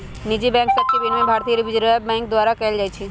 निजी बैंक सभके विनियमन भारतीय रिजर्व बैंक द्वारा कएल जाइ छइ